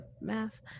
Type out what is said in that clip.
math